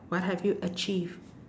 what have you achieved